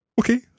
Okay